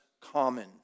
common